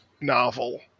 novel